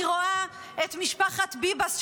אני רואה את משפחת ביבס,